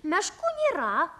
meškų nėra